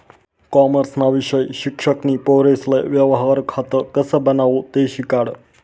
कॉमर्सना विषय शिक्षक नी पोरेसले व्यवहार खातं कसं बनावो ते शिकाडं